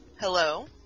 Hello